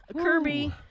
Kirby